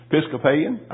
Episcopalian